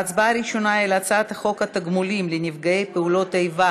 ההצבעה הראשונה היא על הצעת חוק התגמולים לנפגעי פעולות איבה